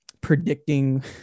predicting